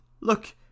Look